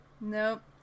nope